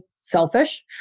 selfish